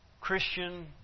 Christian